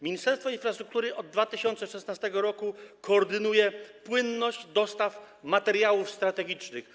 Ministerstwo Infrastruktury od 2016 r. koordynuje płynność dostaw materiałów strategicznych.